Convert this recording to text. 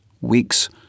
weeks